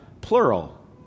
plural